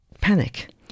panic